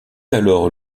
alors